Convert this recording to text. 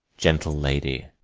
gentle lady.